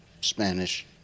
Spanish